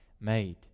made